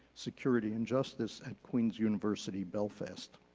security, and justice at queens university, belfast.